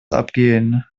abgehen